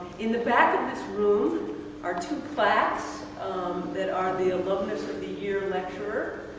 in the back of this room are two plaques that are the alumnus of the year lecturer,